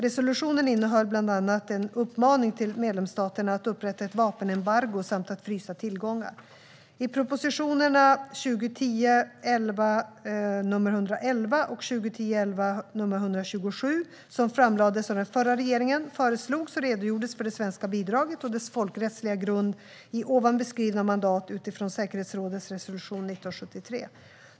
Resolutionen innehöll bland annat en uppmaning till medlemsstaterna att upprätta ett vapenembargo samt att frysa tillgångar. I propositionerna 2010 11:127, som framlades av den förra regeringen, föreslogs och redogjordes för det svenska bidraget och dess folkrättsliga grund i ovan beskrivna mandat utifrån säkerhetsrådets resolution 1973.